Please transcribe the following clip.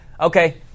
okay